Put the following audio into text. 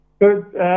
Good